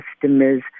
customers